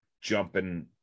jumping